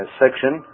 section